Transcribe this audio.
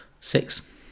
Six